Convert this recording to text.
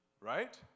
Right